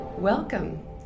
Welcome